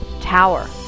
Tower